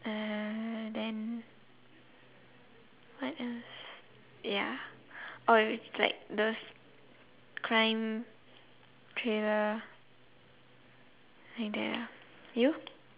uh then what else ya or if like those crime thriller like that ah you